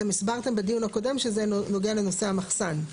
אתם הסברתם בדיון הקודם שזה נוגע לנושא המחסן.